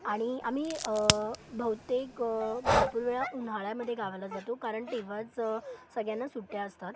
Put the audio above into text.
आणि आम्ही बहुतेक भरपूर वेळा उन्हाळ्यामध्ये गावाला जातो कारण तेव्हाच सगळ्यांना सुट्ट्या असतात